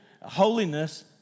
holiness